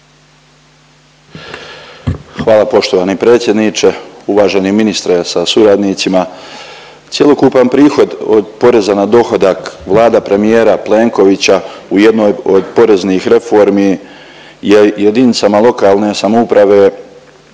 Hvala poštovani predsjedniče, uvaženi ministre sa suradnicima. Cjelokupan prihod od poreza na dohodak Vlada premijera Plenkovića u jednoj od poreznih reformi je jedinicama lokalne samouprave